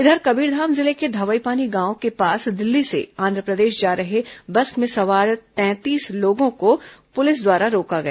इधर कबीरधाम जिले के धवईपानी गांव के पास दिल्ली से आंधप्रदेश जा रहे बस में सवार सैंतीस लोगों को पुलिस द्वारा रोका गया